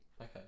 Okay